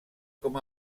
com